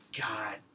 God